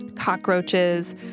cockroaches